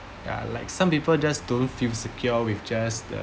ya like some people just don't feel secure with just the